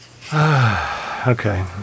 Okay